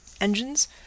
engines